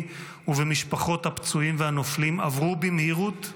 ובמשפחות הפצועים והנופלים עברו במהירות,